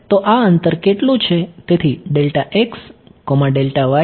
તો આ અંતર કેટલું છે